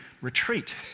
retreat